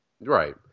Right